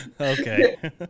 Okay